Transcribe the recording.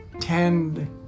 tend